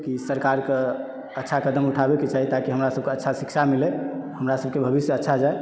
कि सरकारके अच्छा कदम उठाबैक चाही ताकि हमरा सभक अच्छा शिक्षा मिलै हमरा सभके भविष्य अच्छा जाइ